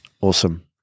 Awesome